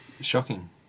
Shocking